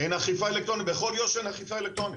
אין אכיפה, בכל יו"ש אין אכיפה אלקטרונית.